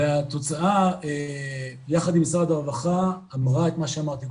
וזאת גם ההנחיה בדירקטיבה שהשרה נתנה לנו,